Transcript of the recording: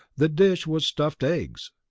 the dish was stuffed eggs.